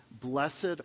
Blessed